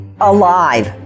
alive